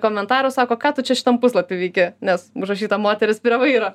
komentaru sako ką tu čia šitam puslapy veiki nes užrašyta moteris prie vairo